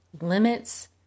limits